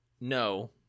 no